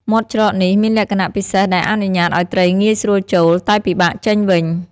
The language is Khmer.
មាត់ច្រកនេះមានលក្ខណៈពិសេសដែលអនុញ្ញាតឲ្យត្រីងាយស្រួលចូល តែពិបាកចេញវិញ។